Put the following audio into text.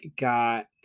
got